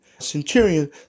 centurion